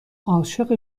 عاشق